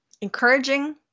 encouraging